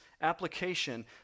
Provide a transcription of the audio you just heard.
application